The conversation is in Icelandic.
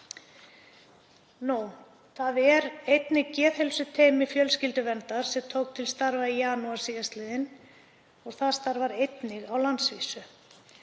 Þá er einnig geðheilsuteymi Fjölskylduverndar sem tók til starfa í janúar síðastliðnum. Það starfar einnig á landsvísu.